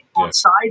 outside